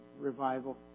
revival